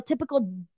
typical